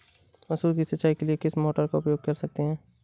मसूर की सिंचाई के लिए किस मोटर का उपयोग कर सकते हैं?